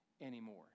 anymore